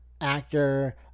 actor